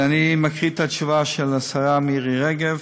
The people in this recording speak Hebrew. אני מקריא את התשובה של השרה מירי רגב: